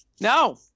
no